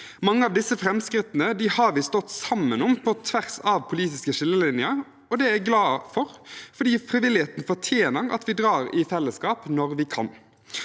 Mange av disse framskrittene har vi stått sammen om på tvers av politiske skillelinjer, og det er jeg glad for, for frivilligheten fortjener at vi drar i fellesskap når vi kan.